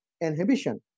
inhibition